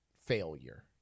failure